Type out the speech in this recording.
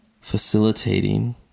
facilitating